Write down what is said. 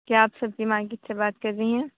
کیا آپ سبزی مارکٹ سے بات کر رہی ہیں